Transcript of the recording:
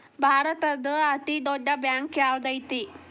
ಭಾರತದ್ದು ಅತೇ ದೊಡ್ಡ್ ಬ್ಯಾಂಕ್ ಯಾವ್ದದೈತಿ?